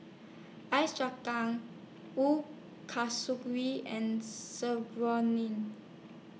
Ice Kasturi and Serunding